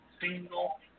single